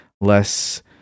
less